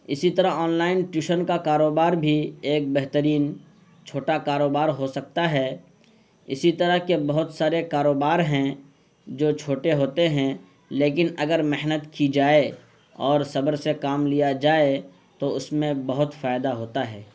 اسی طرح online tuition کا کاروبار بھی ایک بہترین چھوٹا کاروبار ہو سکتا ہے اسی طرح کے بہت سارے کاروبار ہیں جو چھوٹے ہوتے ہیں لیکن اگر محنت کی جائے اور صبر سے کام لیا جائے تو اس میں بہت فائدہ ہوتا ہے